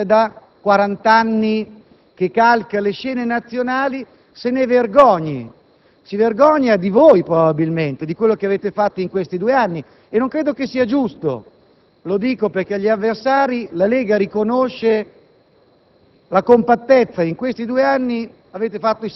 il PD, il nuovo, Veltroni, che forse è da quarant'anni che calca le scene nazionali, se ne vergogni. Si vergogna di voi, probabilmente, di quello che avete fatto in questi due anni e non credo sia giusto. Lo dico perché agli avversari la Lega Nord riconosce